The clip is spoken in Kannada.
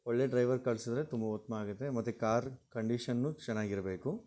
ಒಳ್ಳೆ ಡ್ರೈವರ್ ಕಳ್ಸಿದ್ರೆ ತುಂಬ ಉತ್ತಮ ಆಗುತ್ತೆ ಮತ್ತು ಕಾರ್ ಕಂಡೀಷನ್ನು ಚೆನ್ನಾಗಿರ್ಬೇಕು